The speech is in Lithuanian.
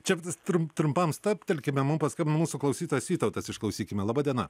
čia bus trum trumpam stabtelkime mums paskambino mūsų klausytojas vytautas išklausykime laba diena